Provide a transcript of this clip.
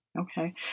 Okay